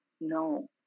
no